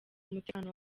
umutekano